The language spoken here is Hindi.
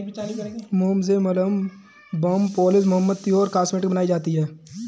मोम से मलहम, बाम, पॉलिश, मोमबत्ती और कॉस्मेटिक्स बनाई जाती है